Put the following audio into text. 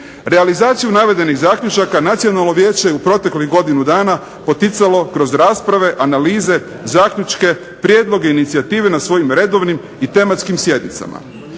Realizaciju navedenih zaključaka Nacionalno vijeće je u proteklih godinu dana poticalo kroz rasprave, analize, zaključke, prijedloge, inicijative na svojim redovnim i tematskim sjednicama.